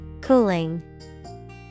Cooling